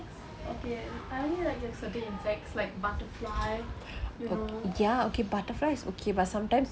okay are there like certain insects like butterfly you know